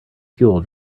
fuel